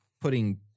putting